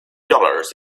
dollars